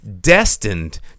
destined